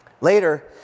later